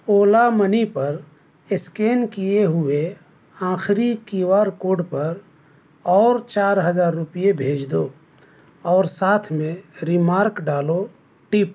اولا money پر scan کئے ہوئے آخری کیو آر کوڈ پر اور چار ہزار روپیے بھیج دو اور ساتھ میں ریمارک ڈالو ٹپ